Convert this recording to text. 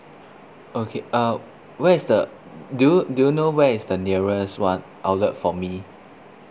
okay uh where is the do you do you know where is the nearest one outlet for me